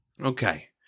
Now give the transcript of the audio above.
okay